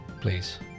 please